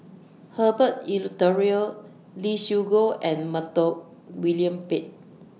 Herbert Eleuterio Lee Siew Choh and Montague William Pett